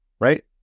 right